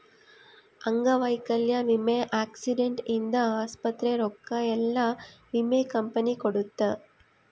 ಅಂಗವೈಕಲ್ಯ ವಿಮೆ ಆಕ್ಸಿಡೆಂಟ್ ಇಂದ ಆಸ್ಪತ್ರೆ ರೊಕ್ಕ ಯೆಲ್ಲ ವಿಮೆ ಕಂಪನಿ ಕೊಡುತ್ತ